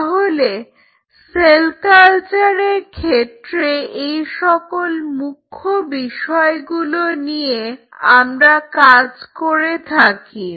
তাহলে সেল কালচারের ক্ষেত্রে এই সকল মুখ্য বিষয়গুলো নিয়ে আমরা কাজ করে থাকি